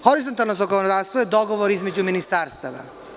Horizontalno zakonodavstvo je dogovor između ministarstava.